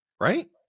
right